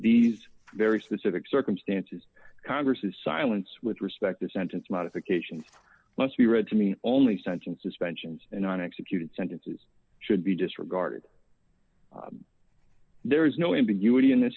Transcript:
these very specific circumstances congress is silence with respect to sentence modifications let me read to me only sentence suspensions and on executed sentences should be disregarded there is no ambiguity in th